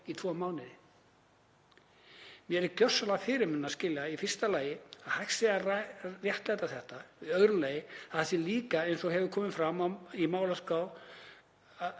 Mér er gjörsamlega fyrirmunað að skilja í fyrsta lagi að hægt sé að réttlæta þetta. Í öðru lagi að það sé líka, eins og hefur komið fram í málaskrá